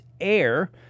Air